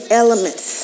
elements